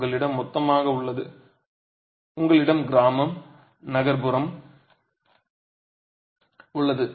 உங்களிடம் மொத்தமாக உள்ளது உங்களிடம் கிராமம் நகர்ப்புறம் உள்ளது